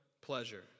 pleasure